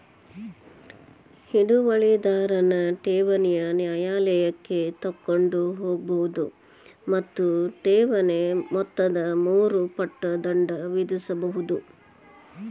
ಹಿಡುವಳಿದಾರನ್ ಠೇವಣಿನ ನ್ಯಾಯಾಲಯಕ್ಕ ತಗೊಂಡ್ ಹೋಗ್ಬೋದು ಮತ್ತ ಠೇವಣಿ ಮೊತ್ತದ ಮೂರು ಪಟ್ ದಂಡ ವಿಧಿಸ್ಬಹುದು